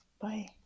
Bye